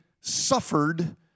suffered